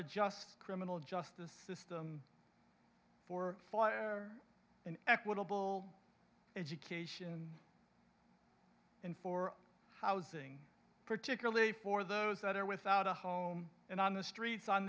a just criminal justice system for fire and equitable education and for housing particularly for those that are without a home and on the streets on